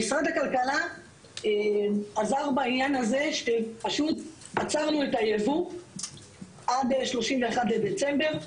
משרד הכלכלה עזר בעניין הזה שפשוט עצרנו את הייבוא עד ה-31 בדצמבר,